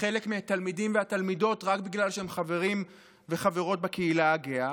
חלק מהתלמידים והתלמידות רק בגלל שהם חברים וחברות בקהילה הגאה.